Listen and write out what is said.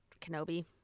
Kenobi